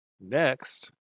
Next